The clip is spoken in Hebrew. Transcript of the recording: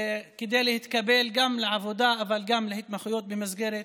כדי להתקבל גם לעבודה אבל גם להתמחויות במסגרת